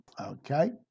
okay